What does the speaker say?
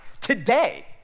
today